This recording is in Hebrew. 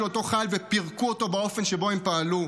אותו חייל ופירקו אותו באופן שבו הם פעלו,